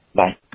bye